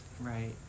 Right